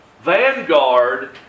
vanguard